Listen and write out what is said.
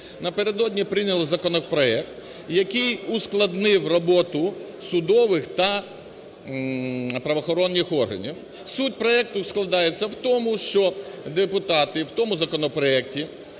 напередодні прийняла законопроект, який ускладнив роботу судових та правоохоронних органів. Суть проекту складається в тому, що депутати в тому законопроекті,